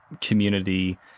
community